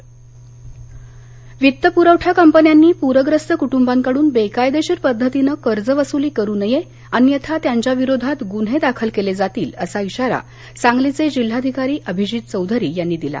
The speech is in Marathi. सांगली अपडेट वित्त प्रवठा कंपन्यानी प्रग्रस्त कृटुंबांकडुन बेकायदेशीर पद्धतीनं कर्जवसुली करू नये अन्यथा त्यांच्या विरोधात गुन्हे दाखल केले जातील असा इशारा सांगलीचे जिल्हाधिकारी अभिजित चौधरी यांनी दिला